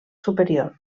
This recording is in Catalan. superior